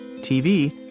TV